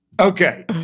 Okay